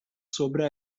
sobre